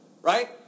right